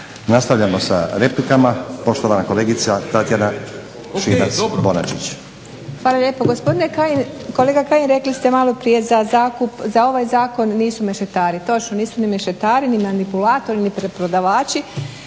Nastavljamo sa replikama. Poštovana kolegica Tatjana Šimac-Bonačić. **Šimac Bonačić, Tatjana (SDP)** Hvala lijepo. Kolega Kajin, rekli ste maloprije za ovaj zakon nisu mešetari. Točno, nisu ni mešetari ni manipulatori ni preprodavači.